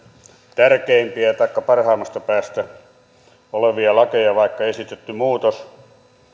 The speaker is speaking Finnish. tärkeimpiä taikka parhaimmasta päästä olevia lakeja vaikka esitetty muutos